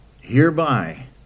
Hereby